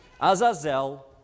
Azazel